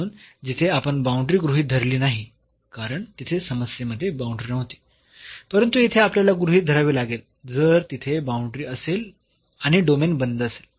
म्हणून जिथे आपण बाऊंडरी गृहीत धरली नाही कारण तिथे समस्येमध्ये बाऊंडरी नव्हती परंतु येथे आपल्याला गृहीत धरावी लागेल जर तिथे बाऊंडरी असेल आणि डोमेन बंद असेल